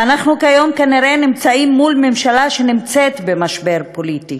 ואנחנו כיום כנראה נמצאים מול ממשלה שנמצאת במשבר פוליטי.